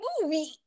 movie